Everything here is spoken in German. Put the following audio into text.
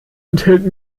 enthält